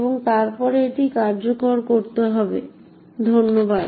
এবং তারপরে এটি কার্যকর করতে হবে ধন্যবাদ